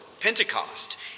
Pentecost